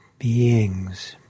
Beings